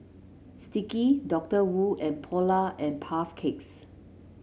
Sticky Doctor Wu and Polar and Puff Cakes